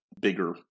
bigger